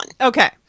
Okay